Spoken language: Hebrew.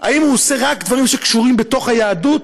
האם הוא עושה רק דברים שקשורים בתוך היהדות?